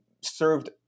served